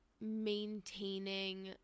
maintaining